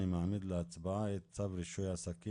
אני מעמיד להצבעה את צו רישוי עסקים,